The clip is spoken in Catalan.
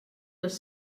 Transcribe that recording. les